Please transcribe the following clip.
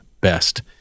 best